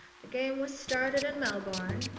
the game was started in melbourne.